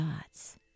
thoughts